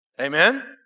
Amen